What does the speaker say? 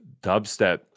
dubstep –